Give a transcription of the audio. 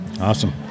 awesome